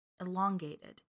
elongated